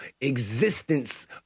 existence